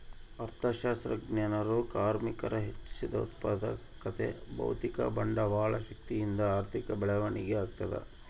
ಅರ್ಥಶಾಸ್ತ್ರಜ್ಞರು ಕಾರ್ಮಿಕರ ಹೆಚ್ಚಿದ ಉತ್ಪಾದಕತೆ ಭೌತಿಕ ಬಂಡವಾಳ ಶಕ್ತಿಯಿಂದ ಆರ್ಥಿಕ ಬೆಳವಣಿಗೆ ಆಗ್ತದ